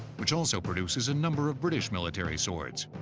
which also produces a number of british military swords,